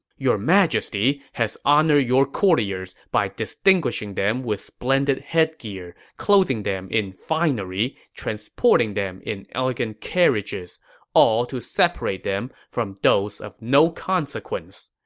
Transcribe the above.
your majesty has honored your courtiers by distinguishing them with splendid headgear, clothing them in finery, transporting them in elegant carriages all to separate them from those of no consequence.